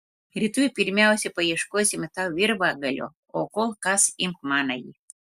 rytoj pirmiausia paieškosime tau virvagalio o kol kas imk manąjį